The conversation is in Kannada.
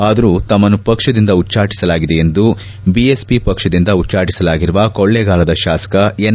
ಆದರೂ ತಮ್ನನ್ನು ಪಕ್ಷದಿಂದ ಉಚ್ಚಾಟಿಸಲಾಗಿದೆ ಎಂದು ಬಿಎಸ್ವಿ ಪಕ್ಷದಿಂದ ಉಚ್ಚಾಟಿಸಲಾಗಿರುವ ಕೊಳ್ಳೇಗಾಲದ ಶಾಸಕ ಎನ್